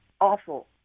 awful